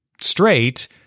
straight